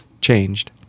changed